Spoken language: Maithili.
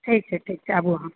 ठीक छै ठीक छै आउ अहाँ